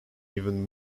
even